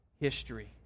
history